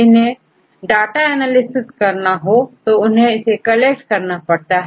जिन्हें data analysis करना हो तो उन्हें कलेक्ट करना पड़ता था